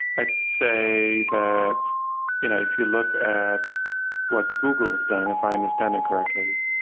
i'd say that you know if you look at what google's done, if i understand it correctly,